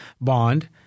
bond